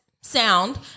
sound